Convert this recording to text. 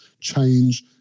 change